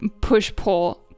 push-pull